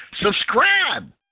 Subscribe